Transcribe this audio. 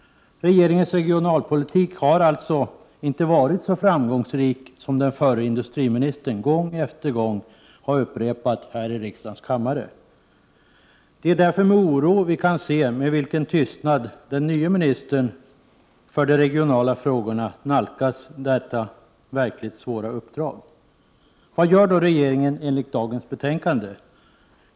Regeringens regionalpolitik har alltså inte varit så framgångsrik som den förre industriministern gång efter gång har sagt här i riksdagens kammare. Det är därför med oro vi kan se med vilken tystnad den nye ministern för de regionala frågorna nalkas detta verkligt svåra uppdrag. Vad gör då regeringen enligt dagens betänkande?